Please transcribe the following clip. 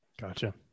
Gotcha